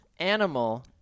animal